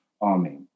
army